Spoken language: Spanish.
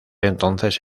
entonces